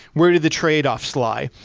where do the trade-offs lie?